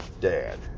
dad